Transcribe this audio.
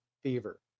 Fever